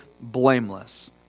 blameless